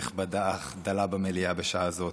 כנסת נכבדה, אך דלה במליאה בשעה זאת,